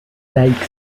like